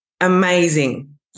Amazing